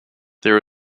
there